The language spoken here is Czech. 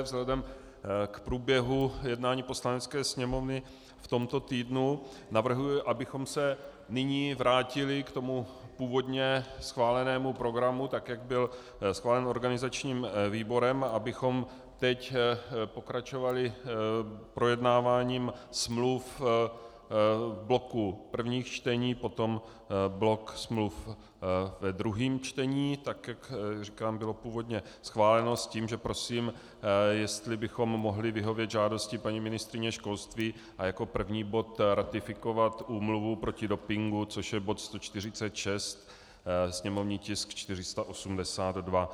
Vzhledem k průběhu jednání Poslanecké sněmovny v tomto týdnu navrhuji, abychom se nyní vrátili k tomu původně schválenému programu, tak jak byl schválen organizačním výborem, abychom teď pokračovali projednáváním smluv bloku prvních čtení, potom blok smluv v druhém čtení, tak jak bylo původně schváleno, s tím že prosím, jestli bychom mohli vyhovět žádosti paní ministryně školství a jako první bod ratifikovat úmluvu proti dopingu, což je bod 146 sněmovní tisk 482.